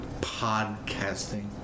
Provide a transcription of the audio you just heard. podcasting